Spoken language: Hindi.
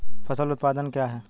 फसल उत्पादन क्या है?